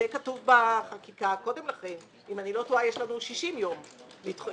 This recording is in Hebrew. זה כתוב בחקיקה קודם לכן - אם אני לא טועה יש לנו 60 יום להחליט.